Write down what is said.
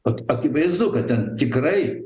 ak akivaizdu kad ten tikrai